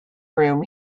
room